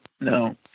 No